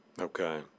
Okay